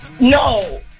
No